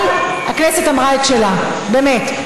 אבל הכנסת אמרה את שלה, באמת.